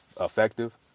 effective